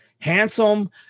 Handsome